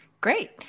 Great